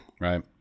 Right